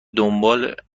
دنبال